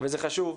וזה חשוב.